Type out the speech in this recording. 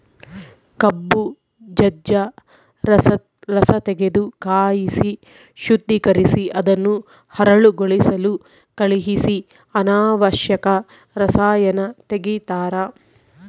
ಕಬ್ಬು ಜಜ್ಜ ರಸತೆಗೆದು ಕಾಯಿಸಿ ಶುದ್ದೀಕರಿಸಿ ಅದನ್ನು ಹರಳುಗೊಳಿಸಲು ಕಳಿಹಿಸಿ ಅನಾವಶ್ಯಕ ರಸಾಯನ ತೆಗಿತಾರ